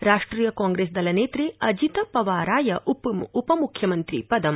राष्ट्रिय कांप्रेस्दलनेत्रे अजित पवाराय उपमुख्यमन्त्रिपदम्